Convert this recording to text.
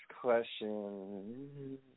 question